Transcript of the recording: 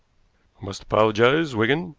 must apologize, wigan,